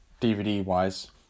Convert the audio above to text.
DVD-wise